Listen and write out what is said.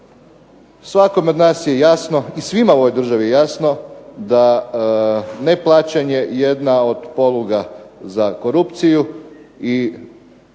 Svakome od nas je jasno i svima u ovoj državi je jasno da neplaćanje je jedna od poluga za korupciju i